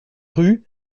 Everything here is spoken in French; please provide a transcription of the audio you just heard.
rue